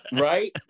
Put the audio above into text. Right